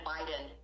Biden